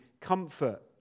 comfort